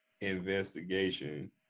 investigation